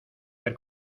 ver